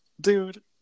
dude